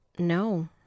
No